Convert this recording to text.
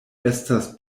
estas